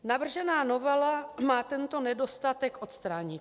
Navržená novela má tento nedostatek odstranit.